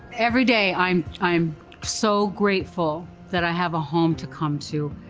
every day, i'm i'm so grateful that i have a home to come to,